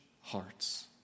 hearts